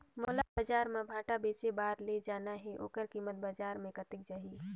मोला बजार मां भांटा बेचे बार ले जाना हे ओकर कीमत बजार मां कतेक जाही?